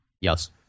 Yes